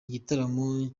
igitaramo